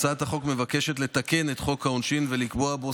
הצעת החוק מבקשת לתקן את חוק העונשין ולקבוע בו